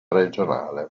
regionale